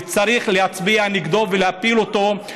וצריך להצביע נגדו ולהפיל אותו,